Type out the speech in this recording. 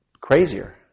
crazier